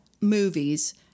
movies